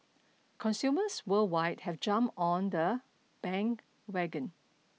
consumers worldwide have jumped on the bandwagon